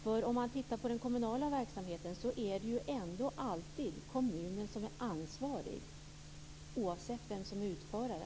Det är ju alltid kommunen som är ansvarig för den kommunala verksamheten, oavsett vem som är utförare.